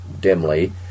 dimly